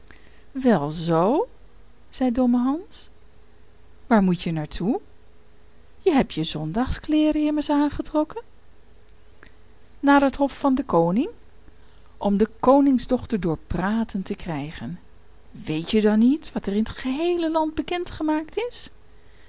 wel zoo zei domme hans waar moet je naar toe je hebt je zondagskleeren immers aangetrokken naar het hof van den koning om de koningsdochter door praten te krijgen weet je dan niet wat er in het geheele land bekend gemaakt is